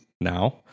now